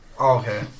Okay